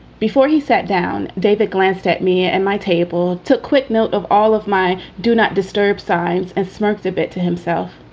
before he sat down, david glanced at me at and my table, took quick milk of all of my do not disturb signs, and smirked a bit to himself.